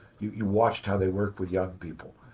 you you watched how they worked with young people.